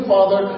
Father